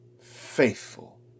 faithful